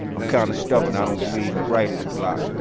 i'm kind of stubborn. i don't believe in writer's block.